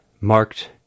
marked